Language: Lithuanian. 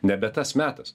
nebe tas metas